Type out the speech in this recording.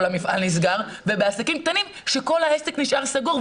המפעל נסגר לבין עסקים קטנים שכל העסק נשאר סגור.